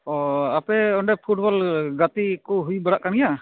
ᱚᱸᱻ ᱟᱯᱮ ᱚᱸᱰᱮ ᱯᱷᱩᱴᱵᱚᱞ ᱜᱟᱛᱮ ᱠᱚ ᱦᱩᱭ ᱵᱟᱲᱟᱜ ᱠᱟᱱ ᱜᱮᱭᱟ